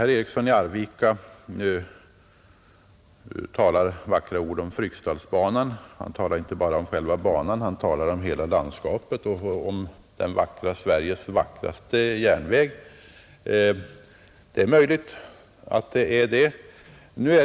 Herr Eriksson i Arvika talar vackra ord om Fryksdalsbanan, Han talar inte bara om själva banan utan om hela landskapet och om ” Sveriges vackraste järnväg”. Det är möjligt att den är det.